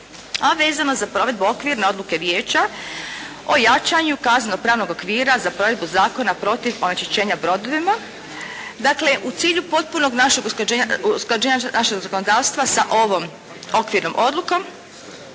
a vezano za provedbu Okvirne odluke Vijeća o jačanju kazneno pravnog okvira za provedbu zakona protiv onečišćenja brodovima. Dakle, u cilju potpunog našeg usklađenja našeg zakonodavstva sa ovom okvirnom odlukom